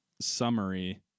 summary